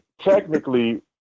technically